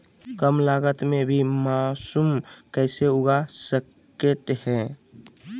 कम लगत मे भी मासूम कैसे उगा स्केट है?